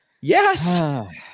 Yes